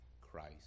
Christ